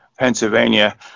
Pennsylvania